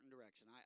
direction